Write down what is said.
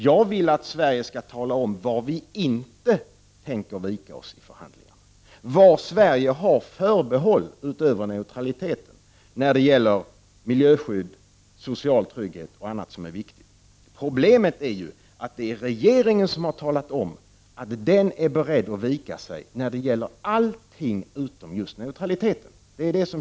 Jag vill att Sverige skall tala om var Sverige inte tänker vika sig vid förhandlingarna, var Sverige har förbehåll utöver neutraliteten när det gäller miljöskydd, social trygghet och annat som är viktigt. Problemet är att regeringen har talat om att den är beredd att vika sig i allt utom just neutraliteten.